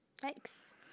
Thanks